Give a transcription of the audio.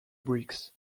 bricks